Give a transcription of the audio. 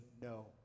no